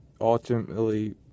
ultimately